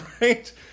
right